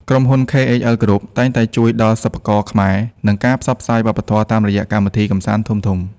ក្រុមហ៊ុន ខេអេចអិល ក្រុប (KHL Group) តែងតែជួយដល់សិល្បករខ្មែរ និងការផ្សព្វផ្សាយវប្បធម៌តាមរយៈកម្មវិធីកម្សាន្តធំៗ។